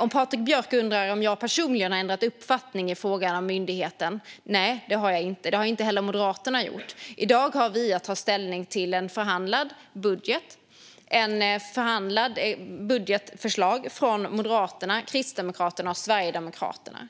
Om Patrik Björck undrar om jag personligen har ändrat uppfattning i fråga om myndigheten kan jag säga att nej, det har jag inte. Det har inte heller Moderaterna gjort. I dag har vi att ta ställning till ett förhandlat budgetförslag från Moderaterna, Kristdemokraterna och Sverigedemokraterna.